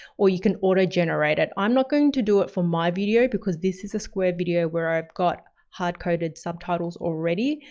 or you can auto-generate it. i'm not going to do it for my video because this is a square video where i've got hard-coded subtitles already.